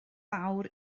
fawr